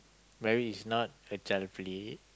marriage is not a child play